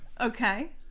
Okay